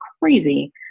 crazy